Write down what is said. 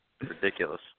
Ridiculous